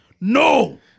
No